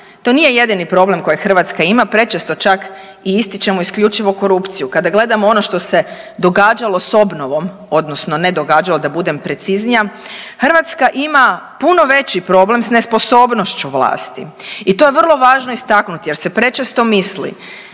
to nije jedini problem koji Hrvatska ima, prečesto čak i ističemo isključivo korupciju. Kada gledamo ono što se događalo s obnovom odnosno ne događalo da budem preciznija, Hrvatska ima puno veći problem s nesposobnošću vlasti. I to je vrlo važno istaknuti jer se prečesto misli